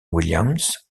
williams